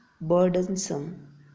burdensome